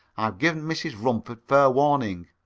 given mrs. rumford fair warning